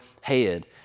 head